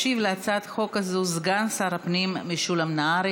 ישיב להצעת החוק הזו סגן שר הפנים משולם נהרי.